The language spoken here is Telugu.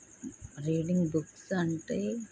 రీడింగ్ బుక్స్ అంటే